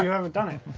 you haven't done it.